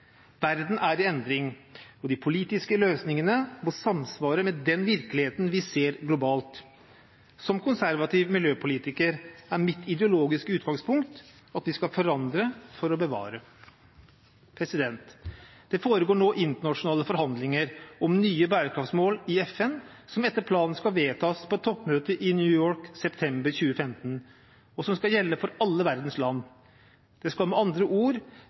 Verden er i endring, og de politiske løsningene må samsvare med den virkeligheten vi ser globalt. Som konservativ miljøpolitiker er mitt ideologiske utgangspunkt at vi skal forandre for å bevare. Det foregår nå internasjonale forhandlinger om nye bærekraftsmål i FN som etter planen skal vedtas på toppmøtet i New York i september 2015, og som skal gjelde for alle verdens land. De skal med andre ord